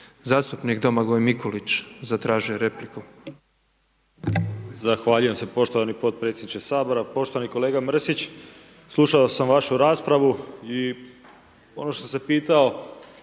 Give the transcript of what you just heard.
Zastupnik Domagoj Mikulić, zatražio je repliku.